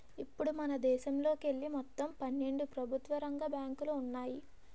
ఇప్పుడు మనదేశంలోకెళ్ళి మొత్తం పన్నెండు ప్రభుత్వ రంగ బ్యాంకులు ఉన్నాయి